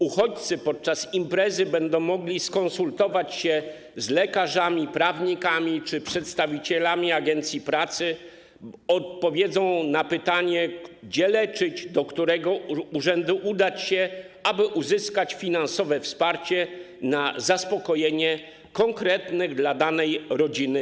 Uchodźcy podczas imprezy będą mogli skonsultować się z lekarzami, prawnikami czy przedstawicielami agencji pracy, którzy odpowiedzą na pytanie, gdzie się leczyć, do którego urzędu się udać, aby uzyskać finansowe wsparcie na zaspokojenie konkretnych potrzeb danej rodziny.